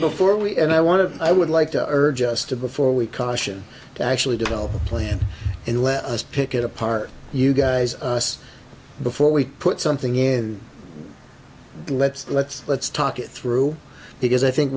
before we end i want to i would like to urge us to before we caution to actually develop a plan and let us pick it apart you guys before we put something in let's let's let's talk it through because i think